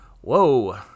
Whoa